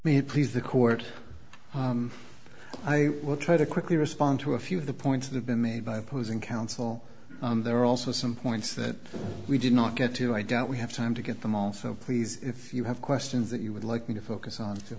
me please the court i will try to quickly respond to a few of the points of been made by opposing counsel there are also some points that we did not get to i doubt we have time to get them all so please if you have questions that you would like me to focus on f